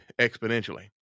exponentially